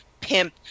pimp